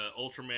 ultraman